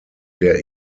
der